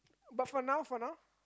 but for now for now